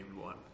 one